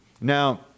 Now